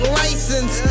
license